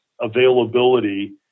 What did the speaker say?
availability